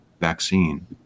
vaccine